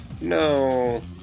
No